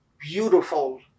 beautiful